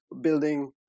building